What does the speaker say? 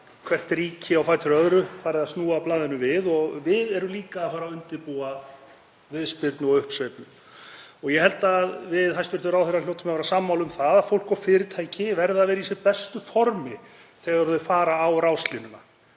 hvert ríkið á fætur öðru að fara að snúa blaðinu við og við erum líka að fara að undirbúa viðspyrnu og uppsveiflu. Ég held að við hæstv. ráðherra hljótum að vera sammála um það að fólk og fyrirtæki verða að vera í sem bestu formi þegar þau fara á ráslínuna.